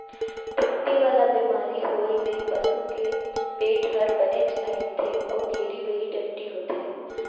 टट्टी वाला बेमारी होए ले पसू के पेट हर बनेच अइंठथे अउ घेरी बेरी टट्टी होथे